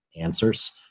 answers